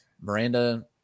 Miranda